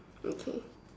okay